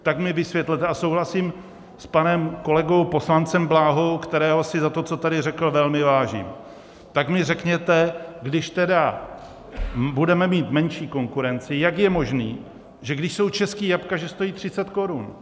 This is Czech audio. Tak mi vysvětlete a souhlasím s panem kolegou poslancem Bláhou, kterého si za to, co tady řekl, velmi vážím tak mi řekněte, když tedy budeme mít menší konkurenci, jak je možné, že když jsou česká jablka, že stojí 30 korun?